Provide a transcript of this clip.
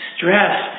stress